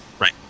Right